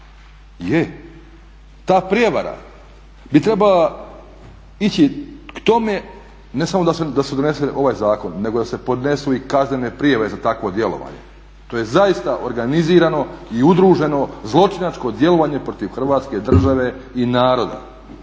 Je. Ta prijevara bi trebala ići k tome ne samo da se donese ovaj zakon nego da se podnesu i kaznene prijave za takvo djelovanje, to je zaista organizirano i udruženo zločinačko djelovanje protiv Hrvatske države i naroda.